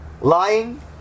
Lying